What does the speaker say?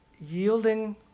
yielding